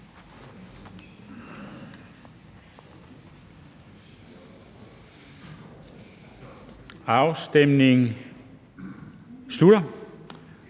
Afstemningen slutter.